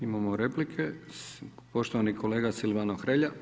Imamo replike, poštovani kolega Silvano Hrelja.